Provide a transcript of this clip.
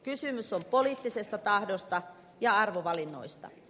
kysymys on poliittisesta tahdosta ja arvovalinnoista